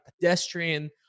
pedestrian